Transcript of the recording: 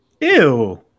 Ew